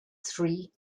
three